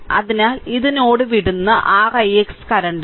അതിനാൽ ഇത് നോഡ് വിടുന്ന r ix കറന്റാണ്